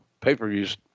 pay-per-views